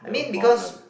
no problem